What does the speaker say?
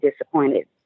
disappointed